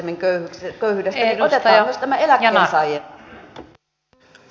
puhemies keskeytti puheenvuoron puheajan ylityttyä